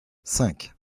cinq